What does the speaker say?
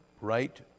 right